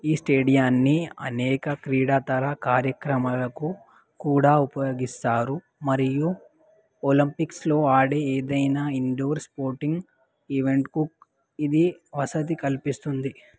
ఈ స్టేడియాన్ని అనేక క్రీడాతర కార్యక్రమాలకు కూడా ఉపయోగిస్తారు మరియు ఒలంపిక్స్లో ఆడే ఏదైనా ఇండోర్ స్పోటింగ్ ఈవెంట్కు ఇది వసతి కల్పిస్తుంది